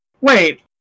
Wait